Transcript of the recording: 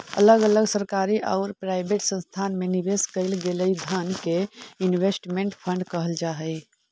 अलग अलग सरकारी औउर प्राइवेट संस्थान में निवेश कईल गेलई धन के इन्वेस्टमेंट फंड कहल जा हई